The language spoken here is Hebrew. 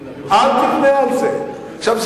עכשיו,